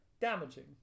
damaging